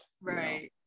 Right